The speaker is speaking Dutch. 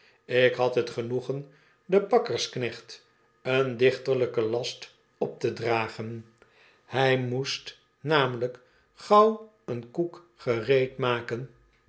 ik had het genoegen den bakkersknecht een dichterlijken last op te dragen hij moest namelijk gauw een koek gereedmaken